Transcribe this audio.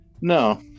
no